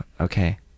Okay